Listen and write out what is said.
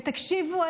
ותקשיבו,